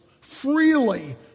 freely